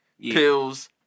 pills